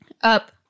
up